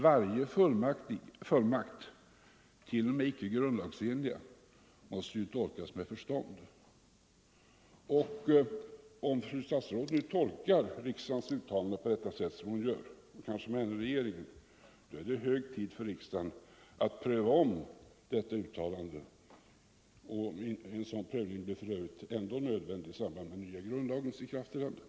Varje fullmakt, t.o.m. icke grundlagsenliga, måste ju tolkas med förstånd. Och om fru statsrådet nu tolkar riksdagens uttalande på det sätt som hon här gjort — och kanske med henne regeringen — så är det hög tid för riksdagen att pröva om sitt uttalande. En sådan prövning blir för övrigt ändå nödvändig i samband med nya grundlagens ikraftträdande.